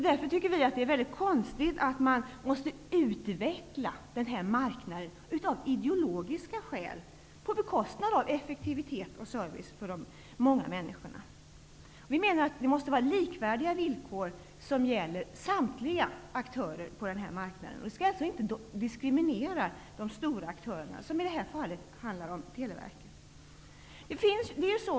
Därför tycker vi att det är väldigt konstigt att man måste utveckla den här marknaden av ideologiska skäl, på många människors bekostnad när det gäller effektivitet och service. Vi menar att likvärdiga villkor måste gälla för samtliga aktörer på den här marknaden. Vi skall alltså inte diskriminera de stora aktörerna -- i det här fallet Televerket.